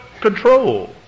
control